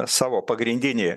savo pagrindinį